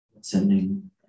Sending